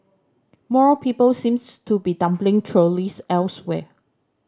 more people seems to be dumping trolleys elsewhere